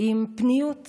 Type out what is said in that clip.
עם פניות רגשית,